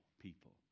people